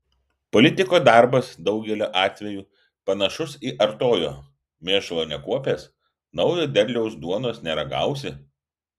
politiko darbas daugeliu atvejų panašus į artojo mėšlo nekuopęs naujo derliaus duonos neragausi